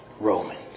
Romans